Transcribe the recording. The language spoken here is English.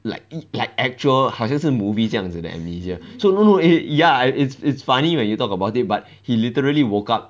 like 一 like actual 好像是 movie 这样子的 amnesia so no eh ya I it's it's funny when you talk about it but he literally woke up